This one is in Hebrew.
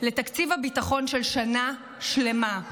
לתקציב הביטחון של שנה שלמה.